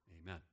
Amen